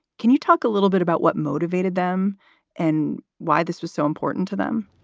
can you talk a little bit about what motivated them and why this was so important to them?